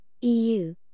EU